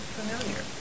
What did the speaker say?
familiar